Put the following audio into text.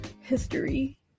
History